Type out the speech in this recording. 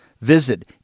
Visit